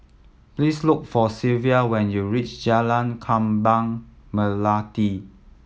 please look for Sylvia when you reach Jalan Kembang Melati